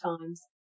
times